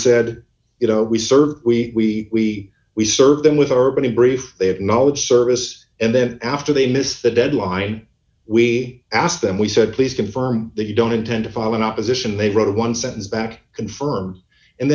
said you know we serve we we serve them with our body brief they have knowledge services and then after they missed the deadline we asked them we said please confirm that you don't intend to file an opposition they wrote a one sentence back confirm and